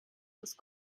ist